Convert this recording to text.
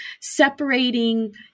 separating